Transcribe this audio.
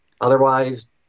Otherwise